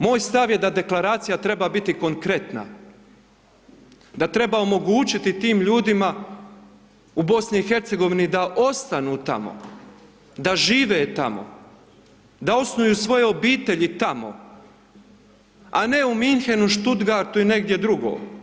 Moj stav je da deklaracija treba biti konkretna, da treba omogućiti tim ljudima u BiH-u da ostanu tamo, da žive tamo, da osnuju svoje obitelji tamo a ne u Munchenu, Stuttgartu i negdje drugo.